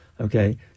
Okay